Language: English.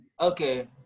okay